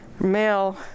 male